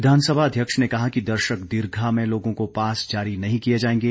विधानसभा अध्यक्ष ने कहा कि दर्शक दीर्घा में लोगों को पास जारी नहीं किए जाएंगे